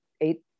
eight